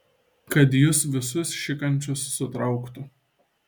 kad jus visus šikančius sutrauktų